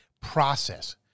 process